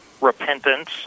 repentance